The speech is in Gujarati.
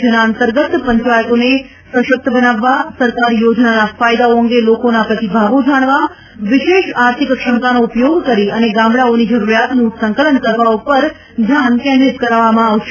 જેના અંતર્ગત પંચાયતોને સશક્ત બનાવવા સરકારી યોજનાના ફાયદાઓ અંગે લોકોના પ્રતિભાવો જાણવા વિશેષ આર્થિક ક્ષમતાનો ઉપયોગ કરી અને ગામડાઓની જરૂરિયાતનું સંકલન કરવા પર ધ્યાન કેન્દ્રિત કરવામાં આવશે